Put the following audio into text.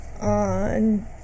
on